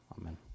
Amen